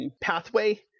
pathway